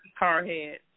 hardhead